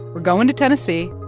we're going to tennessee,